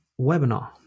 webinar